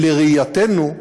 לראייתנו,